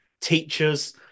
teachers